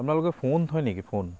আপোনালোকে ফোন থয় নেকি ফোন